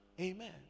Amen